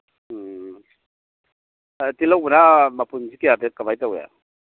ꯎꯝ ꯇꯤꯜꯍꯧ ꯃꯅꯥ ꯃꯄꯨꯟꯁꯦ ꯀꯌꯥꯗ ꯀꯃꯥꯏ ꯇꯧꯏ